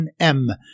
1M